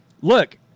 Look